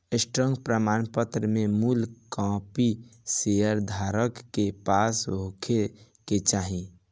stock प्रमाणपत्र में मूल कापी शेयर धारक के पास होखे के चाही